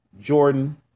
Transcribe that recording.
Jordan